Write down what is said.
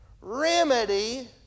Remedy